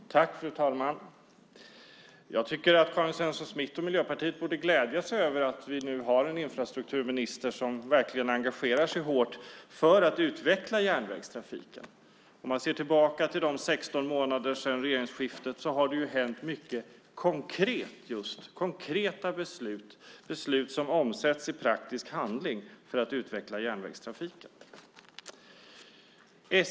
Fru talman! Jag tycker att Karin Svensson Smith och Miljöpartiet borde glädja sig över att vi nu har en infrastrukturminister som verkligen engagerar sig hårt för att utveckla järnvägstrafiken. Om man ser tillbaka på de 16 månader som har gått sedan regeringsskiftet har det hänt mycket konkret, konkreta beslut och beslut som omsätts i praktisk handling, för att utveckla järnvägstrafiken.